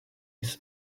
his